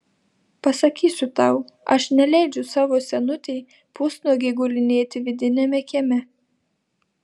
pasakysiu tau aš neleidžiu savo senutei pusnuogei gulinėti vidiniame kieme